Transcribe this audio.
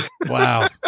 wow